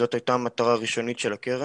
וזאת הייתה המטרה הראשונית של הקרן.